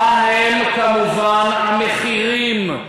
מה הם כמובן המחירים,